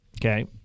okay